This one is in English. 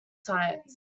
science